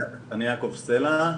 אני יעקב סלע,